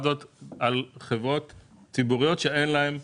הזאת על חברות ציבוריות שאין להן חוב,